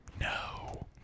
No